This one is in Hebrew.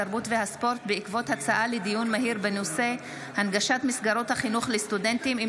התרבות והספורט בעקבות דיון מהיר בהצעתם של